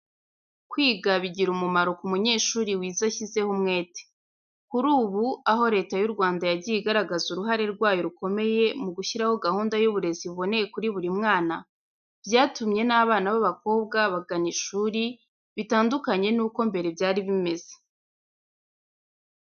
Kwiga bigira umumaro ku munyeshuri wize ashyizeho umwete. Kuri ubu, aho Leta y'u Rwanda yagiye igaragaza uruhare rwayo rukomeye mu gushyiraho gahunda y'uburezi buboneye kuri buri mwana, byatumye n'abana b'abakobwa bagana ishuri, bitandukanye n'uko mbere byari bimeze.